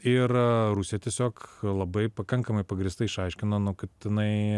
ir rusija tiesiog labai pakankamai pagrįstai išaiškino nu kad jinai